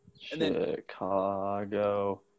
Chicago